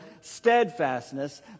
steadfastness